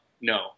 no